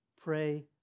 pray